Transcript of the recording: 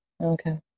Okay